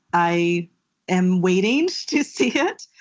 i am waiting to see it,